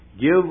Give